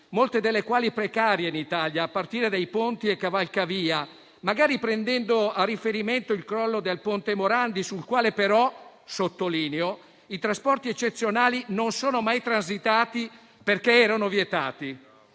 molte delle quali in Italia sono precarie, a partire da ponti e cavalcavia, magari prendendo a riferimento il crollo del ponte Morandi, sul quale però - lo sottolineo - i trasporti eccezionali non sono mai transitati, perché erano vietati.